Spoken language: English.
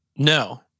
No